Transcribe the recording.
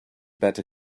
better